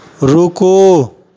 रुकू